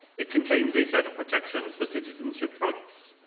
it contains a set of protections for citizenship rights.